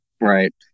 Right